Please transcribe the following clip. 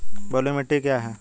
बलुई मिट्टी क्या है?